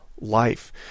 life